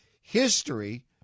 history